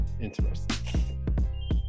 interesting